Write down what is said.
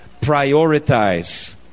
prioritize